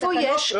סליחה,